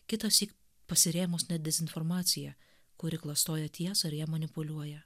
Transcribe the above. kitąsyk pasirėmus ne dezinformacija kuri klastoja tiesą ir ją manipuliuoja